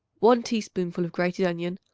one teaspoonful of grated onion,